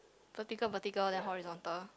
vertical vertical then horizontal